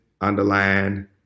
underline